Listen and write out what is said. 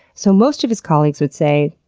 so most of his colleagues would say,